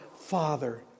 father